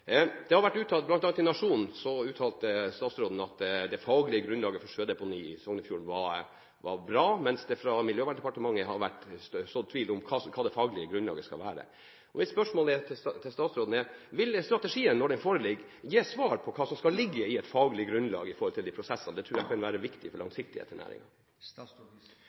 i Nationen uttalte statsråden at det faglige grunnlaget for sjødeponiet i Førdefjorden var bra, mens det fra Miljøverndepartementet har vært sådd tvil om hva det faglige grunnlaget skal være. Mitt spørsmål til statsråden er: Vil strategien, når den foreligger, gi et svar på hva som skal ligge i et faglig grunnlag for disse prosessene? Det tror jeg kan være viktig for langsiktighet i